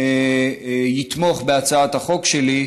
יתמוך בהצעת החוק שלי,